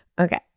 Okay